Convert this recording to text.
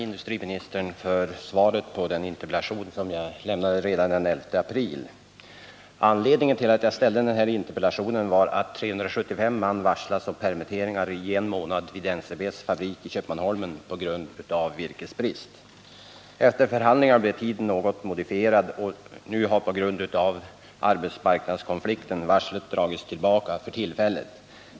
ndustriministern för svaret på den interpellation som jag lämnade redan den 11 april. Anledningen till att jag framställde denna interpellation var att 375 man vid NCB:s fabrik i Köpmanholmen på grund av virkesbrist hade varslats om permittering under en månad. Efter förhandlingar blev tiden något modifierad, och nu har på grund av arbetsmarknadskonflikten varslet dragits tillbaka för tillfället.